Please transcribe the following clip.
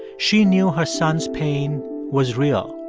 she knew her son's pain was real.